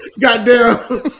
goddamn